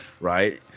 Right